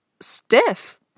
stiff